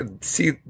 see